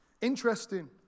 Interesting